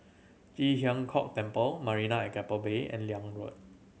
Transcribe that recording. Ji Huang Kok Temple Marina at Keppel Bay and Liane Road